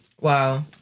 Wow